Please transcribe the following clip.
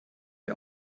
wir